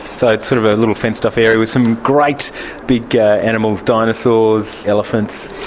so it's sort of a little fenced-off area with some great big animals, dinosaurs, elephants.